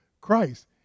Christ